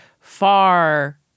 far